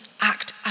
act